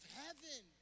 heaven